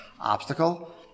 obstacle